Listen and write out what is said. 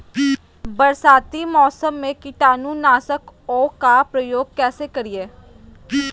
बरसाती मौसम में कीटाणु नाशक ओं का प्रयोग कैसे करिये?